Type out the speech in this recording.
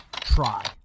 try